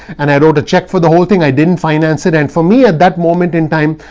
and i wrote a check for the whole thing. i didn't finance it. and for me, at that moment in time,